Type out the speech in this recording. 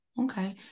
Okay